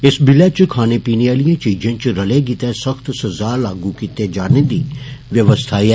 इस बिलै च खाने पीने आलिएं चीजें च रले गितै सख्त सज़ा लागू कीते जाने दी व्यवस्था ऐ